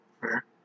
Fair